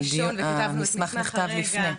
המסמך נכתב לפני.